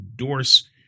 endorse